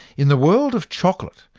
in the world of chocolate,